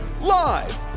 Live